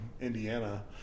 Indiana